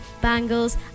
bangles